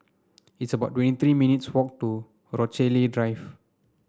it's about twenty three minutes' walk to Rochalie Drive